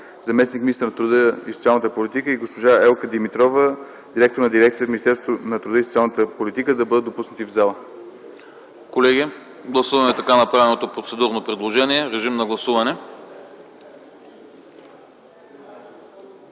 заместник-министър на труда и социалната политика и госпожа Елка Димитрова, директор на дирекция в Министерството на труда и социалната политика, да бъдат допуснати в залата. ПРЕДСЕДАТЕЛ АНАСТАС АНАСТАСОВ: Колеги, гласуваме така направеното процедурно предложение. Гласували